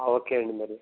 okay అండి మరి